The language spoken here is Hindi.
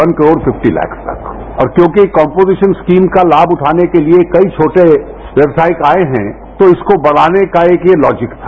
वन करोड़ फिफ्टी लैक्स तक और क्यांकि कम्पोजिशन स्कीम का लाभ उठाने के लिए कई छोटे व्यवसायिक आए हैं तो इसको बढ़ाने का एक यह लॉजिक था